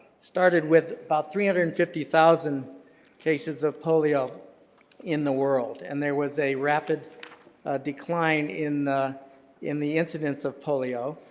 started with about three hundred and fifty thousand cases of polio in the world, and there was a rapid decline in the in the incidence of polio.